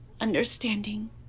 understanding